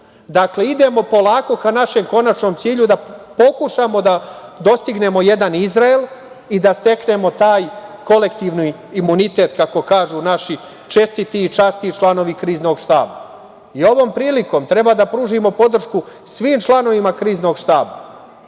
idemo polako ka našem konačnom cilju da pokušamo da dostignemo jedan Izrael i da steknemo taj kolektivni imunitet, kako kažu naši čestiti i časni članovi Kriznog štaba. Ovom prilikom treba da pružimo podršku svim članovima Kriznog štaba,